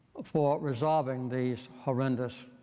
for resolving these horrendous